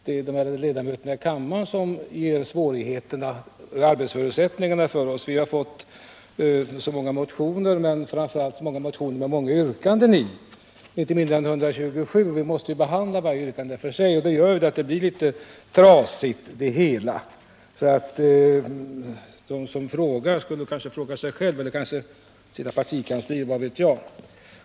Det är ledamöterna i kammaren som ger oss dåliga arbetsförutsättningar; vi har fått så många motioner och framför allt så många motioner med många yrkanden i —- inte mindre än 127 — och vi måste ju behandla varje yrkande för sig. Det är förklaringen till att betänkandet blivit litet trasigt. De som klagar skulle kanske klaga på sig själva eller kanske på sina partikanslier — vad vet jag.